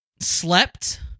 slept